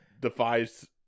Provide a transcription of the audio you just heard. defies